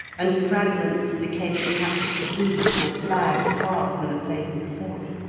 and fragments became attached to reeds or flags far from the place itself.